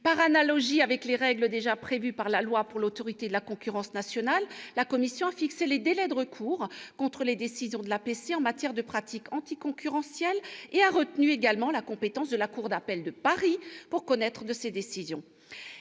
par analogie avec les règles déjà prévues par la loi pour l'autorité de la concurrence nationale, la commission a fixé les délais de recours contre les décisions de l'APC en matière de pratiques anticoncurrentielles et a retenu la compétence de la cour d'appel de Paris pour connaître de ces décisions